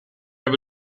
aber